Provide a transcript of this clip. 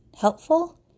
helpful